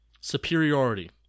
Superiority